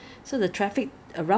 是啦 J_C 这样大了